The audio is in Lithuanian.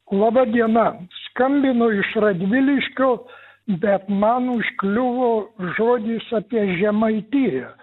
laba diena skambinu iš radviliškio bet man užkliuvo žodis apie žemaitiją